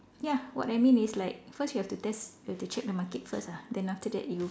ya what I mean is like first you have to test you have to check the Market first then you